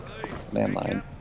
landline